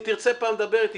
אם תרצה פעם לדבר איתי,